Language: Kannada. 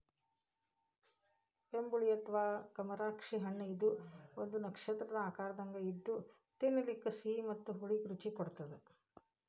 ಬೆಂಬುಳಿ ಅಥವಾ ಕಮರಾಕ್ಷಿ ಹಣ್ಣಇದು ಒಂದು ನಕ್ಷತ್ರದ ಆಕಾರದಂಗ ಇದ್ದು ತಿನ್ನಲಿಕ ಸಿಹಿ ಮತ್ತ ಹುಳಿ ರುಚಿ ಕೊಡತ್ತದ